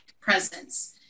presence